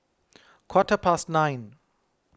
quarter past nine